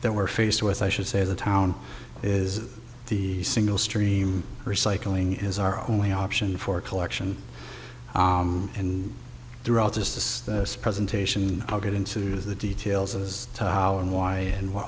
there were faced with i should say the town is the single stream recycling is our only option for collection and throughout this this presentation i'll get into the details as to how and why and what